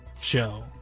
show